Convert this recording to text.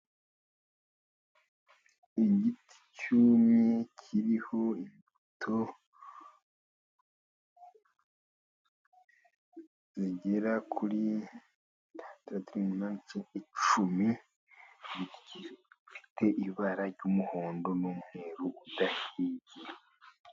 igiti cyumye kiriho imbuto zigera kuritatad mce icumifite ibara ry'umuhondo n'umweru udahibye